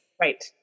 Right